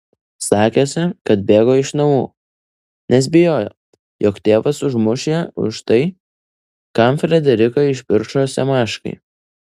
sakėsi kad bėgo iš namų nes bijojo jog tėvas užmuš ją už tai kam frederiką išpiršo semaškai